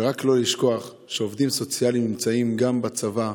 ורק לא לשכוח שעובדים סוציאליים נמצאים גם בצבא,